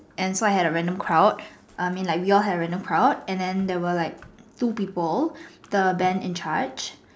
and so I had a random crowd I mean we all had a random crowd and then there were like two people the band in charge